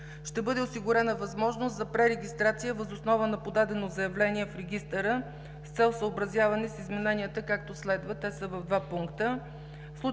Ще бъде осигурена възможност за пререгистрация въз основа на подадено заявление в Регистъра с цел съобразяване с измененията, както следва. Те са в два пункта: